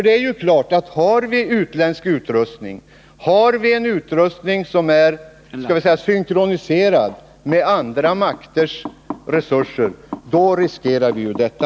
Det är ju klart att om vi har utländsk utrustning, utrustning som är synkroniserad med andra makters resurser, då riskerar vi detta.